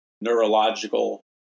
neurological